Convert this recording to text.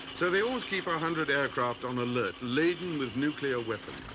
so they always keep a hundred aircraft on alert, laden with nuclear weapons.